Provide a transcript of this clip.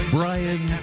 Brian